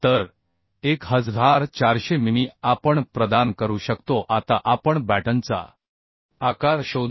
तर 1400 मिमी आपण प्रदान करू शकतो आता आपण बॅटनचा आकार शोधू